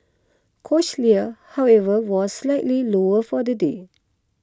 cochlear however was slightly lower for the day